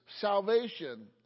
salvation